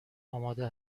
آماده